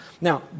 Now